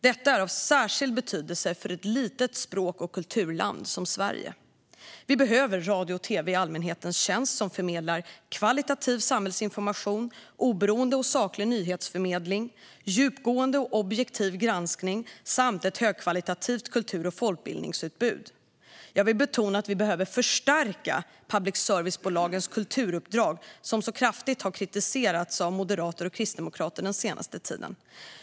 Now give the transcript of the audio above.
Detta är av särskild betydelse för ett litet språk och kulturland som Sverige. Vi behöver radio och tv i allmänhetens tjänst som förmedlar högkvalitativ samhällsinformation, oberoende och saklig nyhetsförmedling, djupgående och objektiv granskning samt ett högkvalitativt kultur och folkbildningsutbud. Jag vill betona att vi behöver förstärka public service-bolagens kulturuppdrag, som så kraftigt har kritiserats av moderater och kristdemokrater den senaste tiden.